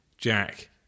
Jack